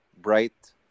bright